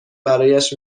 برایش